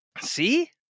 see